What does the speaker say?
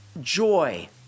joy